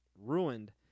ruined